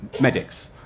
medics